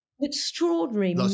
extraordinary